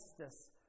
justice